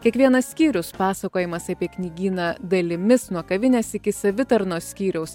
kiekvienas skyrius pasakojimas apie knygyną dalimis nuo kavinės iki savitarnos skyriaus